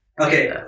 Okay